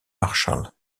marshall